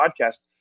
podcast